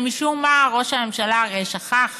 שמשום מה ראש הממשלה הרי שכח